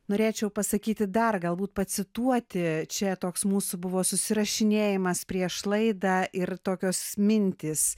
norėčiau pasakyti dar galbūt pacituoti čia toks mūsų buvo susirašinėjimas prieš laidą ir tokios mintys